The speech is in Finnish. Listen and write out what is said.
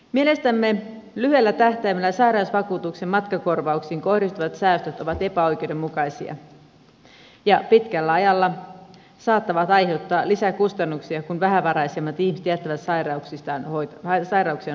mielestämme lyhyellä tähtäimellä sairausvakuutuksen matkakorvauksiin kohdistuvat säästöt ovat epäoikeudenmukaisia ja pitkällä ajalla saattavat aiheuttaa lisää kustannuksia kun vähävaraisimmat ihmiset jättävät sairauksiaan hoitamatta